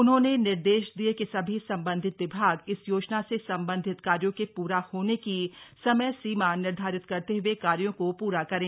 उन्होंने निर्देश दिए कि सभी सम्बन्धित विभाग इस योजना से सम्बन्धित कार्यों के प्रा होने की समयसीमा निर्धारित करते हए कार्यों को पूरा करें